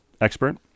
expert